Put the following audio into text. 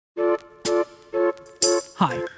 Hi